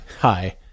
Hi